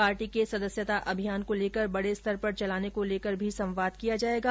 party के सदेस्यता अभियान को लेकर बडे स्तर पर चलाने को लेकर भी संवाद किया जायेगा